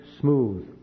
smooth